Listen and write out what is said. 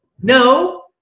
no